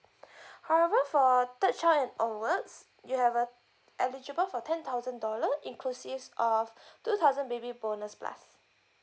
however for third child and onwards you have a eligible for ten thousand dollar inclusive of two thousand baby bonus plus